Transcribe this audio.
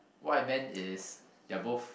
what I meant is they are both